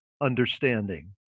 understanding